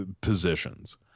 positions